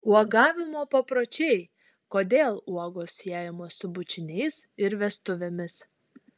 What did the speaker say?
uogavimo papročiai kodėl uogos siejamos su bučiniais ir vestuvėmis